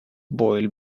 boiled